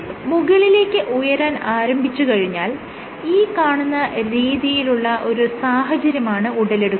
tip മുകളിലേക്ക് ഉയരാൻ ആരംഭിച്ചുകഴിഞ്ഞാൽ ഈ കാണുന്ന രീതിയിലുള്ള ഒരു സാഹചര്യമാണ് ഉടലെടുക്കുക